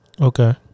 Okay